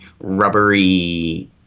rubbery